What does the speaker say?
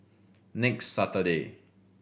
next Saturday